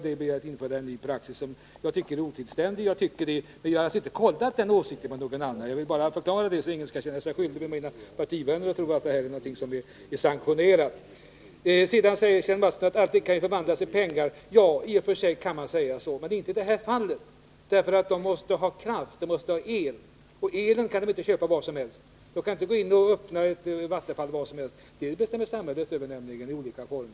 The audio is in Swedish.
Det vore att införa en ny praxis, som jag tycker är otillständig. Men jag har inte kontrollerat denna min åsikt med någon annan. Jag vill förklara det, så att ingen bland mina partivänner skall tro att detta är sanktionerat. Kjell Mattsson sade att allting kan förvandlas till pengar. Ja, i och för sig kan man hävda det, men inte i det här fallet, därför att man måste ha elström. Och elström kan man inte köpa var som helst. Man kan inte bygga ut ett vattenfall var som helst. Det bestämmer nämligen samhället över på olika sätt.